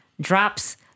drops